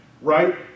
right